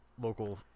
local